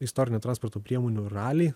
istorinių transporto priemonių raliai